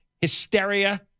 hysteria